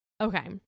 okay